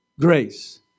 grace